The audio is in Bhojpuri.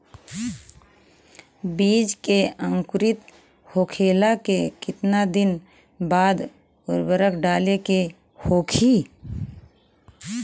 बिज के अंकुरित होखेला के कितना दिन बाद उर्वरक डाले के होखि?